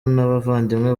n’abavandimwe